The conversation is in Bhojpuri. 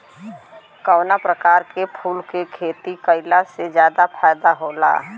कवना प्रकार के फूल के खेती कइला से ज्यादा फायदा होला?